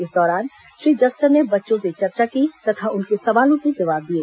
इस दौरान श्री जस्टर ने बच्चों से चर्चा की तथा उनके सवालों के जवाब दिए